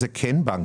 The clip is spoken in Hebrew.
אלה כן בנקים,